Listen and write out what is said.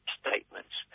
statements